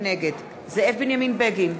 נגד זאב בנימין בגין,